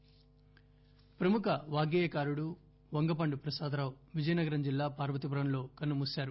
వంగపండు ప్రముఖ వాగ్గేయకారుడు వంగపండు ప్రసాదరావు విజయనగరం జిల్లా పార్వతీపురం లో కన్ను మూశారు